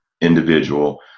individual